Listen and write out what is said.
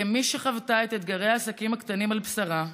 כמי שחוותה את אתגרי העסקים הקטנים על בשרה,